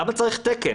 למה צריך תקן?